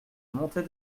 montée